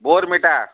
ಬೋರ್ಮಿಟಾ